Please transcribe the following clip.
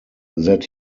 that